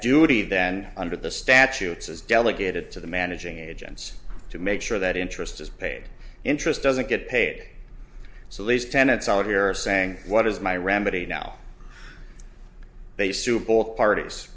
duty then under the statutes is delegated to the managing agents to make sure that interest as paid interest doesn't get paid so these tenants out here are saying what is my remedy now they sue both parties